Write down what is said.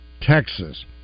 Texas